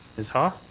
ms. ha?